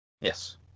Yes